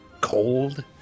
cold